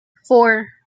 four